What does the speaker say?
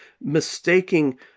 mistaking